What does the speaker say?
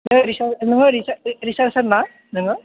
नों रिसार्सोन ना नोङो